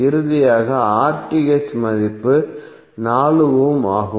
இறுதியாக மதிப்பு 4 ஓம் ஆகும்